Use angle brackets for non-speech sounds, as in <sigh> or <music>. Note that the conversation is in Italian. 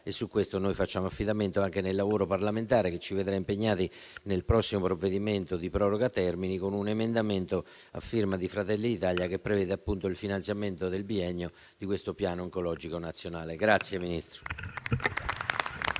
e su questo facciamo affidamento anche nel lavoro parlamentare che ci vedrà impegnati nel prossimo provvedimento di proroga termini con un emendamento a firma di Fratelli d'Italia che prevede, appunto, il finanziamento del biennio di questo Piano oncologico nazionale. <applause>